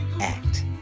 Act